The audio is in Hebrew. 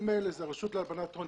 הרשות להלבנת הון,